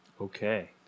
Okay